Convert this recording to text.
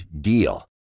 DEAL